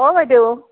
অ' বাইদেউ